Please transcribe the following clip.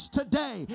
today